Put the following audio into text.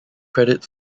credit